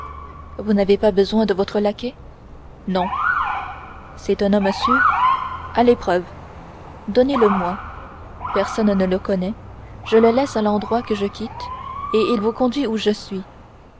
vous n'avez pas besoin de votre laquais non c'est un homme sûr à l'épreuve donnez-le-moi personne ne le connaît je le laisse à l'endroit que je quitte et il vous conduit où je suis